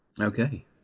Okay